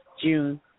June